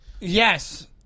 Yes